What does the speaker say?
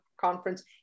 conference